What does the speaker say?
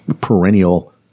perennial